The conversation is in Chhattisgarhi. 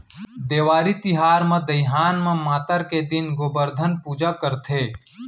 देवारी तिहार म दइहान म मातर के दिन गोबरधन पूजा करथे